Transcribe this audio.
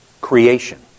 creation